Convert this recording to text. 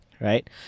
Right